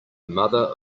mother